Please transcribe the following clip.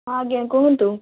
ହଁ ଆଜ୍ଞା କୁହନ୍ତୁ